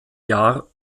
jahr